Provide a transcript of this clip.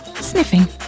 sniffing